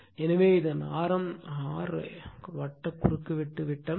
எனவே இதன் ஆரம் என்பது R வட்ட குறுக்கு வெட்டு விட்டம் d